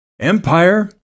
empire